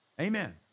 Amen